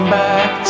back